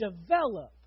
develop